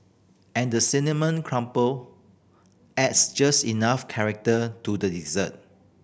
and the cinnamon crumble adds just enough character to the dessert